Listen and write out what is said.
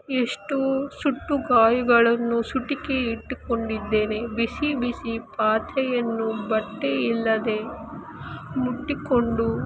ಎಷ್ಟು ಸುಟ್ಟ ಗಾಯಗಳನ್ನು ಸುಟಿಕೆ ಇಟ್ಟುಕೊಂಡಿದ್ದೇನೆ ಬಿಸಿ ಬಿಸಿ ಪಾತ್ರೆಯನ್ನು ಬಟ್ಟೆಯಿಲ್ಲದೆ ಮುಟ್ಟಿಕೊಂಡು